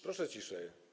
Proszę ciszej.